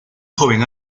joven